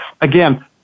again